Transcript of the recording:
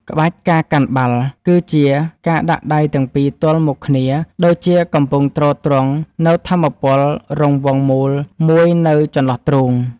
ក្បាច់ ការកាន់បាល់ គឺជាការដាក់ដៃទាំងពីរទល់មុខគ្នាដូចជាកំពុងទ្រទ្រង់នូវថាមពលរង្វង់មូលមួយនៅចន្លោះទ្រូង។